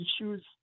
issues